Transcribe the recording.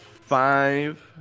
five